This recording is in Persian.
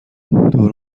دور